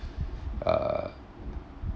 uh